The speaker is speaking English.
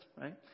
right